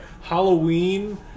Halloween